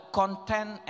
content